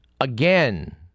again